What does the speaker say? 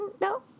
No